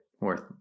worth